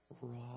raw